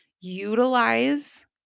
utilize